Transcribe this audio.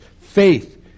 faith